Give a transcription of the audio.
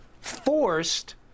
forced